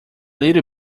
little